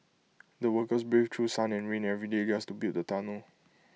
the workers braved through sun and rain every day just to build the tunnel